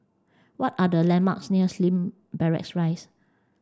what are the landmarks near Slim Barracks Rise